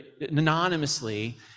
anonymously